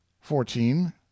fourteen